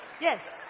yes